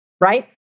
Right